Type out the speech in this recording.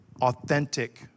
authentic